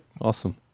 Awesome